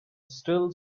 still